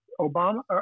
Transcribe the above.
Obama